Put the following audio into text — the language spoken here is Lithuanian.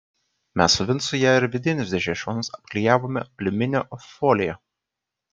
mes su vincu ją ir vidinius dėžės šonus apklijavome aliuminio folija